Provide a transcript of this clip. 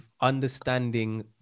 understanding